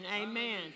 amen